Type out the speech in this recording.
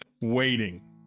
waiting